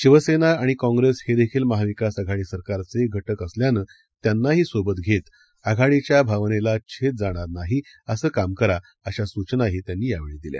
शिवसेना आणि कॉंग्रेस हेदेखील महाविकास आघाडी सरकारचे घटक असल्यानं त्यांनाही सोबत घेत आघाडीच्या भावनांना छेद जाणार नाही असं काम करा अशा सूचनाही त्यांनी यावेळी दिल्या